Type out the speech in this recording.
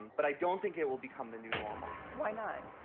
but i don't think it will become the new normal. why not?